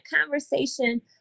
conversation